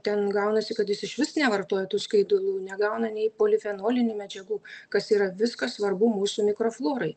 ten gaunasi kad jis išvis nevartoja tų skaidulų negauna nei polifenolinių medžiagų kas yra viskas svarbu mūsų mikroflorai